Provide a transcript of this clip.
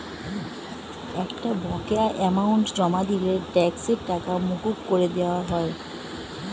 একটা বকেয়া অ্যামাউন্ট জমা দিলে ট্যাক্সের টাকা মকুব করে দেওয়া হয়